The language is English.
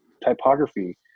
typography